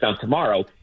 tomorrow